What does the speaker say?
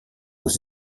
aux